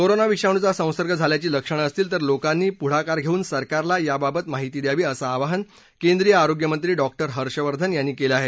corona विषाणूचा संसर्ग झाल्याची लक्षणं असतील तर लोकांनी पुढाकार घेऊन सरकारला याबाबत माहिती द्यावी असं आवाहन केंद्रीय आरोग्यमंत्री डॉक्टर हर्षवर्धन यांनी केलं आहे